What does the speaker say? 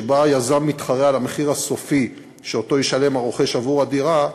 שבה היזם מתחרה על המחיר הסופי שהרוכש ישלם עבור הדירה,